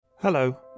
Hello